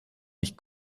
nicht